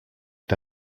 est